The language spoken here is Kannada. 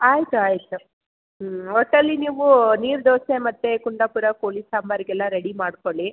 ಆಯ್ತು ಆಯ್ತು ಹ್ಞೂ ಒಟ್ಟಲ್ಲಿ ನೀವು ನೀರು ದೋಸೆ ಮತ್ತೆ ಕುಂದಾಪುರ ಕೋಳಿ ಸಾಂಬಾರಿಗೆಲ್ಲ ರೆಡಿ ಮಾಡ್ಕೊಳ್ಳಿ